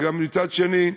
מצד שני,